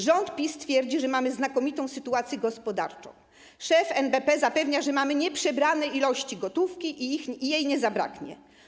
Rząd PiS twierdzi, że mamy znakomitą sytuację gospodarczą, szef NBP zapewnia, że mamy nieprzebrane ilości gotówki i jej nie zabraknie.